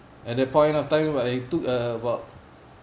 at that point of time when I took uh about